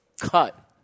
cut